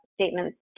statements